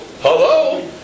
Hello